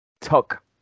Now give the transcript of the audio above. Tuck